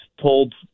told